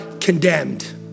condemned